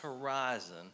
horizon